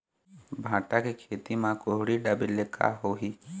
भांटा के खेती म कुहड़ी ढाबे ले का होही?